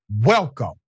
welcome